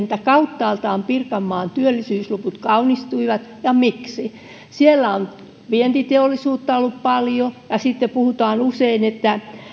että pirkanmaan työllisyysluvut kauttaaltaan kaunistuivat miksi siellä on vientiteollisuutta ollut paljon sitten puhutaan usein että